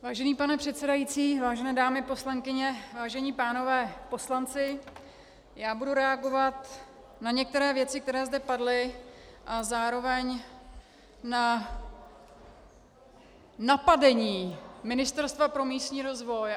Vážený pane předsedající, vážené dámy poslankyně, vážení pánové poslanci, budu reagovat na některé věci, které zde zazněly, a zároveň na napadení Ministerstva pro místní rozvoj.